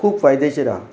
खूब फायदेशीर आसा